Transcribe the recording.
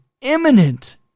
imminent